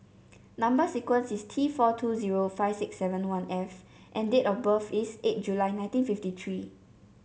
number sequence is T four two zero five six seven one F and date of birth is eight July nineteen fifty three